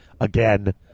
again